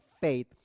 faith